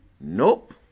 Nope